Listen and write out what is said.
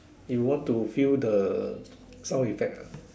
you want to feel the sound effect ah